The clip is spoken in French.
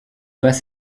pas